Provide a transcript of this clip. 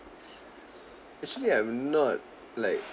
actually I'm not like